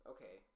Okay